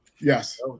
Yes